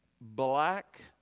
black